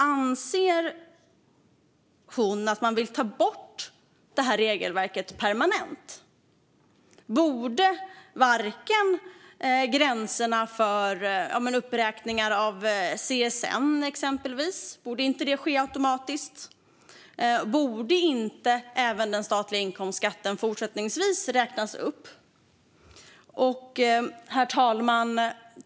Anser hon att man ska ta bort det här regelverket permanent? Borde exempelvis uppräkning av CSN inte ske automatiskt? Borde inte heller gränsen för den statliga inkomstskatten även fortsättningsvis räknas upp? Herr talman!